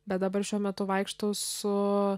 bet dabar šiuo metu vaikštau su